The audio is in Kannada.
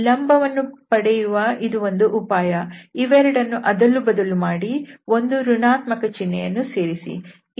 ಲಂಬವನ್ನು ಪಡೆಯುವ ಇದು ಒಂದು ಉಪಾಯ ಇವೆರಡನ್ನು ಅದಲು ಬದಲು ಮಾಡಿ ಒಂದು ಋಣಾತ್ಮಕ ಚಿನ್ಹೆಯನ್ನು ಸೇರಿಸಿ